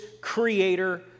Creator